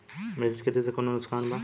मिश्रित खेती से कौनो नुकसान बा?